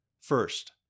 First